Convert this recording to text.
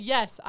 Yes